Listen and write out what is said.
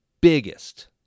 biggest